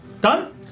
Done